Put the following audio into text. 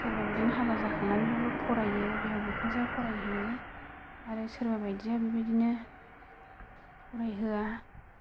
सोरबा बिदिनो हाबा जाखांनानैबाबो फरायो बिहाव बिखुनजोआ फरायहोयो आरो सोरबा बायदिया बेबादिनो फरायहोआ